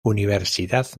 universidad